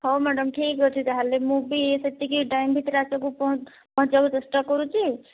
ହଉ ମ୍ୟାଡ଼ାମ୍ ଠିକ୍ ଅଛି ତା'ହେଲେ ମୁଁ ବି ସେତିକି ଟାଇମ୍ ଭିତରେ ଆସିବାକୁ ପହଞ୍ଚିବାକୁ ଚେଷ୍ଟା କରୁଛି